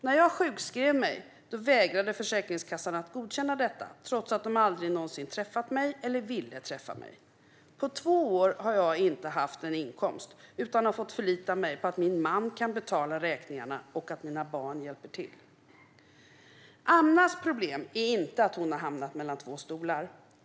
När jag sjukskrev mig vägrade Försäkringskassan att godkänna detta, trots att de aldrig någonsin träffat mig eller ville träffa mig. På två år har jag inte haft en inkomst utan har fått förlita mig på att min man kan betala räkningarna och att mina barn hjälper till. Amnas problem är inte att hon har hamnat mellan två stolar.